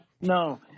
no